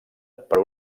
per